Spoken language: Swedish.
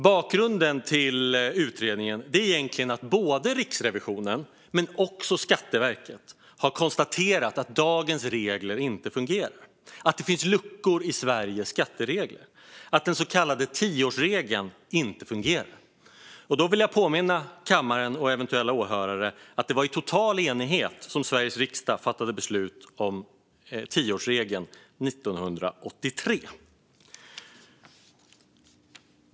Bakgrunden till utredningen är egentligen att både Riksrevisionen och Skatteverket har konstaterat att dagens regler inte fungerar - att det finns luckor i Sveriges skatteregler och att den så kallade tioårsregeln inte fungerar. Jag vill påminna kammaren och eventuella åhörare om att det var i total enighet som Sveriges riksdag 1983 fattade beslut om tioårsregeln.